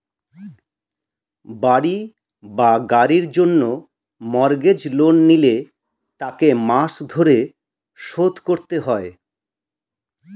বাড়ি বা গাড়ির জন্য মর্গেজ লোন নিলে তাকে মাস ধরে শোধ করতে হয়